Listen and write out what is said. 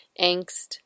angst